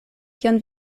kion